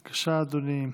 בבקשה, אדוני,